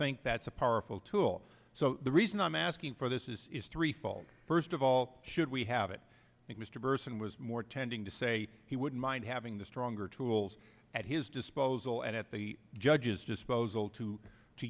think that's a powerful tool so the reason i'm asking for this is threefold first of all should we have it and mr gerson was more tending to say he wouldn't mind having the stronger tools at his disposal and at the judge's disposal to to